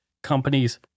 Companies